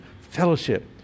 fellowship